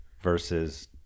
versus